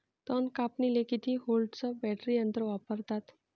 तन कापनीले किती व्होल्टचं बॅटरी यंत्र वापरतात?